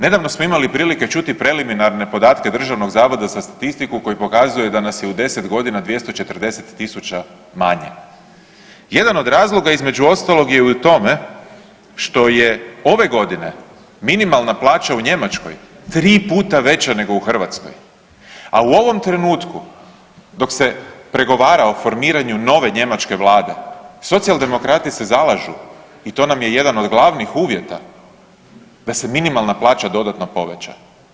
Nedavno smo imali prilike čuti preliminarne podatke DZS-a koji pokazuje da nas je u 10 godina 240.000 manje, jedan od razloga između ostalog je i u tome što je ove godine minimalna plaća u Njemačkoj tri puta veća nego u Hrvatskoj, a u ovom trenutku dok se pregovara o formiranju nove njemačke vlade, socijaldemokrati se zalažu i to nam je jedan od glavnih uvjeta da se minimalna plaća dodatno poveća.